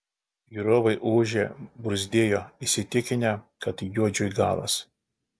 žiūrovai ūžė bruzdėjo įsitikinę kad juodžiui galas